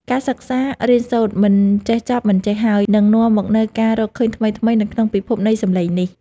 ការសិក្សារៀនសូត្រមិនចេះចប់មិនចេះហើយនឹងនាំមកនូវការរកឃើញថ្មីៗនៅក្នុងពិភពនៃសំឡេងនេះ។